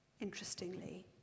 interestingly